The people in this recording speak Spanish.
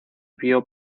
vio